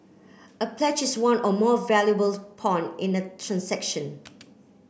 a pledge is one or more valuables pawn in a transaction